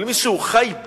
אבל אם מישהו חיב"ס,